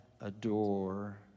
adore